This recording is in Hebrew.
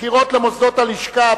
בחירות למוסדות הלשכה),